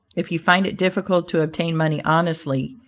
if you find it difficult to obtain money honestly,